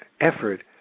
effort